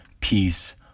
peace